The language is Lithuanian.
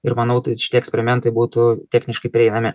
ir manau tai šitie eksperimentai būtų techniškai prieinami